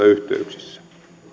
yhteyksissä